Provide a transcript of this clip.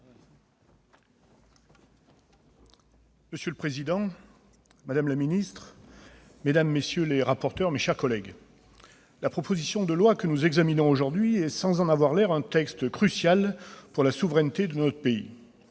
Monsieur le président, madame la secrétaire d'État, mesdames, messieurs les rapporteurs, mes chers collègues, la proposition de loi que nous examinons aujourd'hui est, sans en avoir l'air, un texte crucial pour la souveraineté de notre pays.